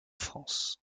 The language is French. france